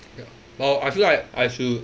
ya but I feel like I have to